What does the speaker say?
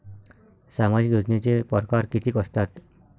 सामाजिक योजनेचे परकार कितीक असतात?